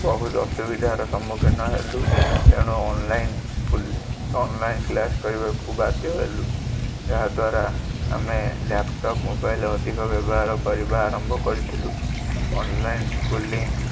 ବହୁତ ଅସୁବିଧାର ସମ୍ମୁଖୀନ ହେଲୁ ଏଣୁ ଅନଲାଇନ୍ ସ୍କୁଲ୍ ଅନଲାଇନ୍ କ୍ଲାସ୍ କରିବାକୁ ବାଧ୍ୟ ହେଲୁ ଏହାଦ୍ୱାରା ଆମେ ଲାପଟପ୍ ମୋବାଇଲ୍ ଅଧିକ ବ୍ୟବହାର କରିବା ଆରମ୍ଭ କରିଥିଲୁ ଅନଲାଇନ୍ ସ୍କୁଲିଂ